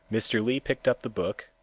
mr. li picked up the book,